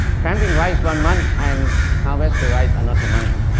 planting rice one month and harvesting the rice another month.